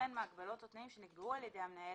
וכן מהגבלות או תנאים שנקבעו על ידי המנהל,